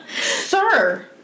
Sir